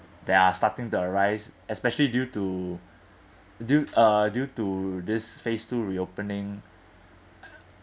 that are starting to arise especially due to due uh due to this phase two reopening